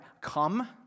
come